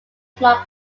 small